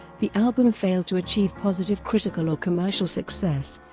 the album failed to achieve positive critical or commercial success,